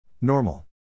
Normal